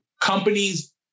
companies